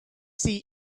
see